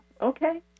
Okay